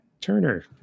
Turner